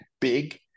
big